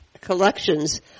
collections